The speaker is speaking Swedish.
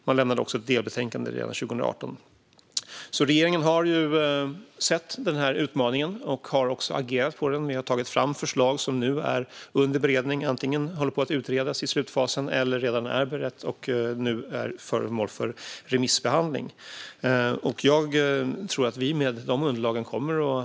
Man lämnade också ett delbetänkande redan 2018. Regeringen har alltså sett utmaningen och agerat. Vi har tagit fram förslag som nu är under beredning; de är antingen i slutfasen av att utredas eller redan beredda och föremål för remissbehandling. Det är ett gediget arbete.